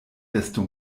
desto